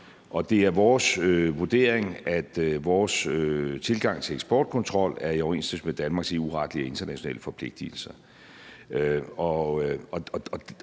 Det er vores vurdering, at vores tilgang til eksportkontrol er i overensstemmelse med Danmarks EU-retlige og internationale forpligtigelser.